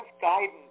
guidance